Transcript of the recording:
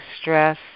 stress